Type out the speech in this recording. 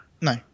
No